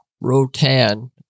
Rotan